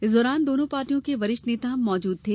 इस दौरान दोनो पार्टियों के वरिष्ठ नेता मौजद थे